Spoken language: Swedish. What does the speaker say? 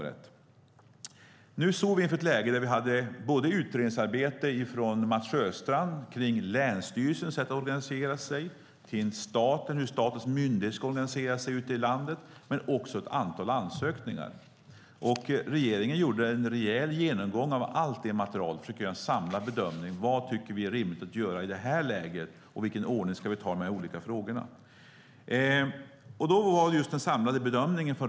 Vi stod i ett läge där vi hade ett utredningsarbete från Mats Sjöstrand om länsstyrelsers sätt att organisera sig och hur statens myndigheter ska organisera sig ute i landet. Vi hade också ett antal ansökningar. Regeringen gjorde en rejäl genomgång av allt det materialet och försökte göra en samlad bedömning: Vad tycker vi är rimligt att göra i det här läget, och i vilken ordning ska vi ta de olika frågorna? Regeringen gjorde en samlad bedömning.